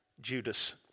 Judas